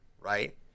right